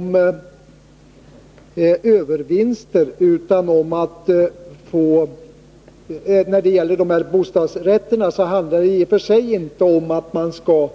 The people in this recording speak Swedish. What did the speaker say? Herr Åkerfeldt säger att det här i och för sig inte handlar om att man skall